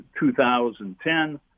2010